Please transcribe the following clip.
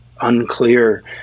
unclear